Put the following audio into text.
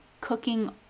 cooking